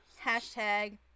hashtag